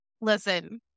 Listen